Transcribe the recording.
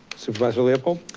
supervisor leopold.